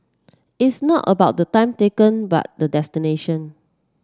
it's not about the time taken but the destination